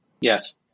Yes